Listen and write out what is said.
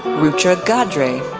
rucha gadre,